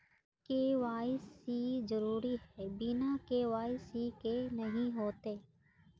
KYC जरुरी है बिना के.वाई.सी के नहीं होते?